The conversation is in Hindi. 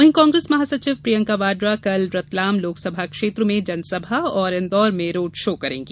वहीं कांग्रेस महासचिव प्रियंका वाड्रा कल रतलाम लोकसभा क्षेत्र में जनसभा और इन्दौर में रोड शो करेंगी